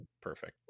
perfect